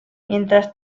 mientras